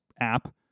app